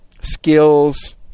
skills